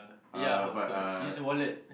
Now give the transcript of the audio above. ya hopscotch use your wallet